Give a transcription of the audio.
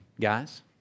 guys